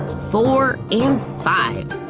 four and five!